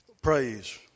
Praise